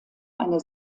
eine